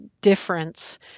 difference